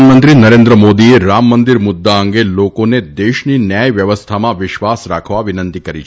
પ્રધાનમંત્રી નરેન્દ્ર મોદીએ રામ મંદિર મુદ્દા અંગે લોકોને દેશની ન્યાય વ્યવસ્થામાં વિશ્વાસ રાખવા વિનંતી કરી છે